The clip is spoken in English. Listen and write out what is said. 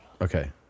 okay